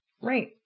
Right